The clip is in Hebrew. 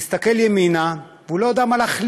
מסתכל ימינה, והוא לא יודע מה להחליט.